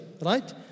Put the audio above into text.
right